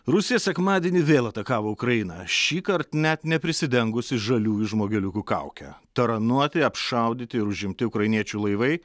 rusija sekmadienį vėl atakavo ukrainą šįkart net neprisidengusi žaliųjų žmogeliukų kauke taranuoti apšaudyti ir užimti ukrainiečių laivai